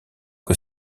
que